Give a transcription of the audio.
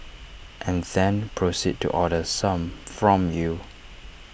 and then proceed to order some from you